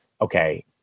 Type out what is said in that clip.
okay